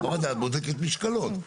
חוות דעת בודקת משקלות.